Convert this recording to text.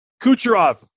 Kucherov